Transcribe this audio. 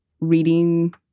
reading